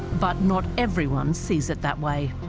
but not everyone sees it that way